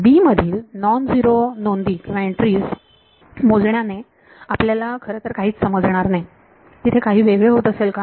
b मधील non zero नोंदी मोजण्या ने आपल्याला खरं तर काहीच समजणार नाही तिथे काही वेगळे होत असेल का